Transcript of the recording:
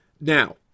Now